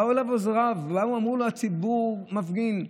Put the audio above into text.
באו אליו ועוזריו ואמרו לו: הציבור מפגין,